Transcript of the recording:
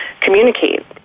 communicate